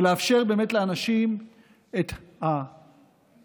ולאפשר באמת לאנשים את הפריבילגיה,